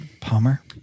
Palmer